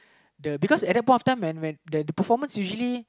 the because at that point of time when when the performance usually